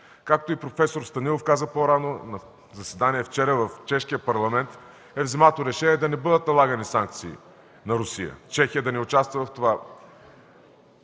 Както и професор Станилов каза по-рано, вчера на заседание в чешкия парламент е взето решение да не бъдат налагани санкции на Русия, Чехия да не участва в тези